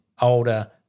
older